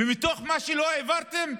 ומתוך מה שלא העברתם,